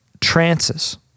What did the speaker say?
trances